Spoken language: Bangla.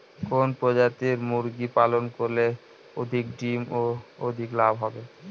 কোন প্রজাতির মুরগি পালন করলে অধিক ডিম ও অধিক লাভ হবে?